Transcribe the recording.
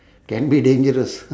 can be dangerous